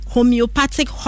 Homeopathic